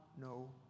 no